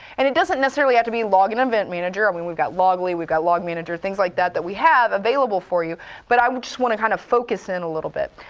and it doesn't necessarily have to be log and event manager, i mean we've got loggly, we've got log manager, things like that that we have available for you. but i just want to kind of focus in a little bit.